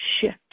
shift